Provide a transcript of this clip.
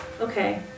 Okay